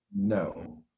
No